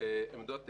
לגבי עמדות טעינה,